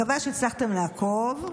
מקווה שהצלחתם לעקוב,